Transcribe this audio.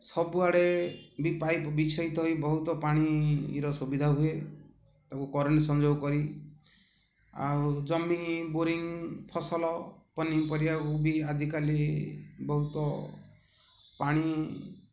ସବୁଆଡ଼େ ବି ପାଇପ୍ ହୋଇ ବହୁତ ପାଣିର ସୁବିଧା ହୁଏ ତାକୁ କରେଣ୍ଟ୍ ସଂଯୋଗ କରି ଆଉ ଜମି ବୋରିଂ ଫସଲ ପନିପରିବାକୁ ବି ଆଜିକାଲି ବହୁତ ପାଣି